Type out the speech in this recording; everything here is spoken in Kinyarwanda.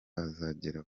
azagera